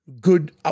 good